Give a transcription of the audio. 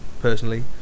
personally